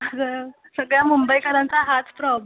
अगं सगळ्या मुंबईकारांचा हाच प्रॉब्लेम